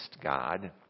God